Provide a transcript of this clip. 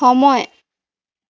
সময়